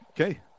Okay